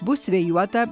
bus vėjuota